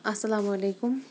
السلام علیکُم